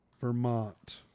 Vermont